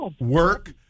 work